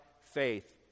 faith